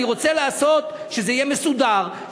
אני רוצה לעשות שזה יהיה מסודר,